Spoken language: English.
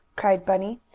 cried bunny,